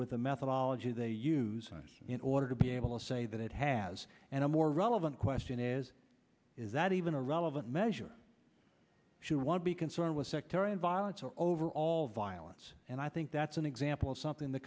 with the methodology they use in order to be able to say that it has and a more relevant question is is that even a relevant measure she won't be concerned with sectarian violence or overall violence and i think that's an example of something th